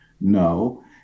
no